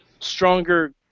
stronger